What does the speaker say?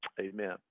Amen